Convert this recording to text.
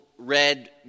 red